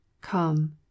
Come